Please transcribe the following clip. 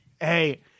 Hey